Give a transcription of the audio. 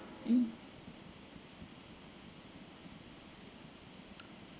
mm